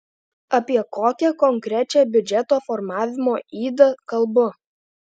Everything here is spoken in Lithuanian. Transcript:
apie kokią konkrečią biudžeto formavimo ydą kalbu